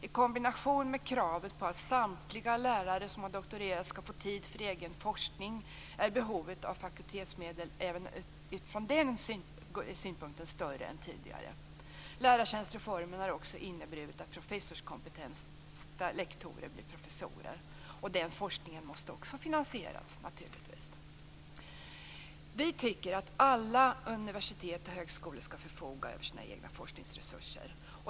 I kombination med kravet på att samtliga lärare som har doktorerat skall få tid för egen forskning, är behovet av fakultetsmedel från den synpunkten större än tidigare. Lärartjänstreformen har också inneburit att professorskompetenta lektorer har blivit professorer. Den forskningen måste naturligtvis också finansieras. Vi tycker att alla universitet och högskolor skall förfoga över sina egna forskningsresurser.